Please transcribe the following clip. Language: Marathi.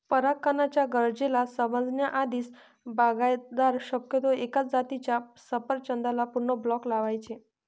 परागकणाच्या गरजेला समजण्या आधीच, बागायतदार शक्यतो एकाच जातीच्या सफरचंदाचा पूर्ण ब्लॉक लावायचे